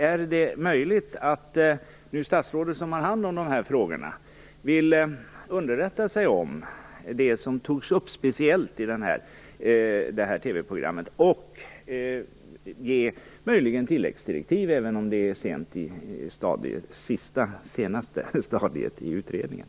Är det möjligt att statsrådet, som har hand om de här frågorna, nu vill underrätta sig om det som togs upp speciellt i detta TV-program och möjligen ge tilläggsdirektiv, även om det är i senaste stadiet i utredningen?